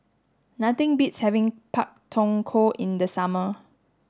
nothing beats having Pak Thong Ko in the summer